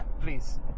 please